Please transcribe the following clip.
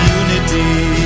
unity